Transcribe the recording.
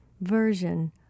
version